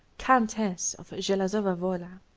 countess of zelazowa-wola.